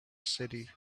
city